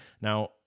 Now